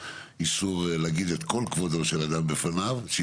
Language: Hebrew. האיסור להגיד את כל שבחו של אדם בפניו.